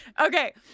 Okay